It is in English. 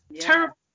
terrible